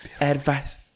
Advice